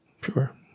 Sure